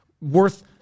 worth